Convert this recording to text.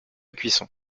cuisson